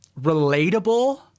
relatable